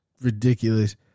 Ridiculous